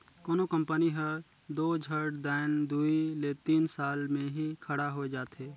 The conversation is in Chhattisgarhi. कोनो कंपनी हर दो झट दाएन दुई ले तीन साल में ही खड़ा होए जाथे